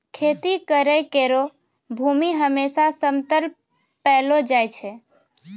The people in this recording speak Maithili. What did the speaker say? खेती करै केरो भूमि हमेसा समतल पैलो जाय छै